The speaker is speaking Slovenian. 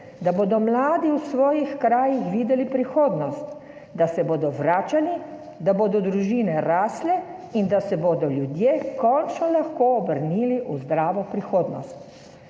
da bodo mladi v svojih krajih videli prihodnost, da se bodo vračali, da bodo družine rasle in da se bodo ljudje končno lahko obrnili v zdravo prihodnost.